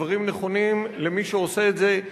הדברים נכונים למי שעושה את זה,